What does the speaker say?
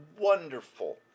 wonderful